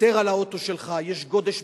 ותר על האוטו שלך, יש גודש בכבישים,